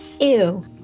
Ew